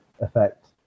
effect